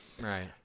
right